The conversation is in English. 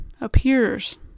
appears